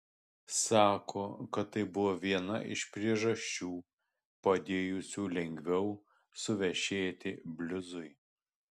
sako kad tai buvo viena iš priežasčių padėjusių lengviau suvešėti bliuzui